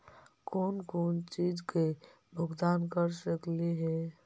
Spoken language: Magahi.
कौन कौन चिज के भुगतान कर सकली हे?